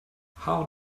how